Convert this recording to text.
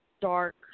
dark